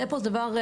דפו זה דבר,